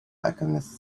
alchemist